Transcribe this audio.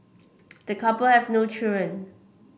the couple have no children